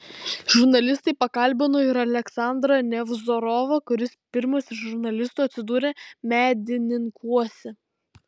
žurnalistai pakalbino ir aleksandrą nevzorovą kuris pirmas iš žurnalistų atsidūrė medininkuose